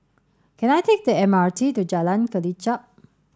can I take the M R T to Jalan Kelichap